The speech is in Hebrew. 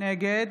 נגד